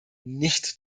nicht